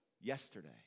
yesterday